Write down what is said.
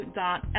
dot